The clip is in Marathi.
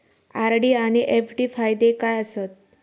आर.डी आनि एफ.डी फायदे काय आसात?